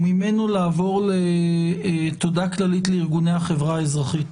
וממנו לעבור לתודה כללית לארגוני החברה האזרחית.